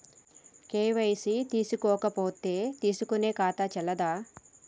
KYC చేసుకోకపోతే తీసుకునే ఖాతా చెల్లదా?